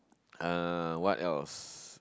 uh what else